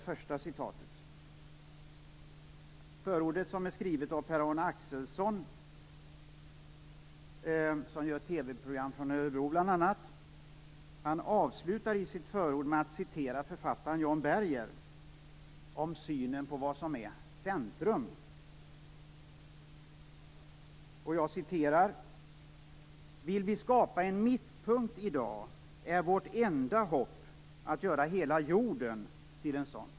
Förordet som är skrivet av Per-Arne Axelsson, som bl.a. gör TV-program från Örebro, avslutar sitt förord med att citera författaren John Berger om synen på vad som är centrum. Jag refererar detta: Vill vi skapa en mittpunkt i dag är vårt enda hopp att göra hela jorden till en sådan.